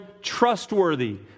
trustworthy